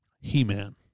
He-Man